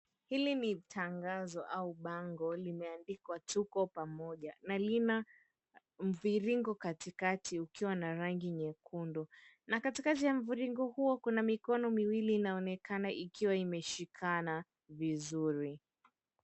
Hili ni tangazo au bango limeandikwa tuko pamoja na lina mviringo katikati ukiwa na rangi nyekundu. Na katikati ya mviringo huo kuna mikono miwili inaonekana ikiwa imeshikana vizuri.